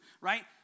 right